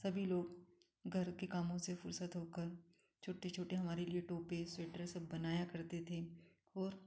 सभी लोग घर के कामों से फ़ुरसत होकर छोटी छोटी हमारी लिए टोपे स्वेटर सब बनाया करते थे और